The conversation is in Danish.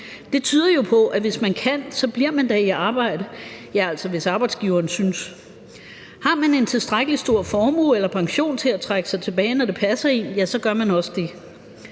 arbejde, ja, altså hvis arbejdsgiveren synes det. Har man en tilstrækkelig stor formue eller pension til at trække sig tilbage, når det passer en, så gør man også det.